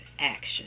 action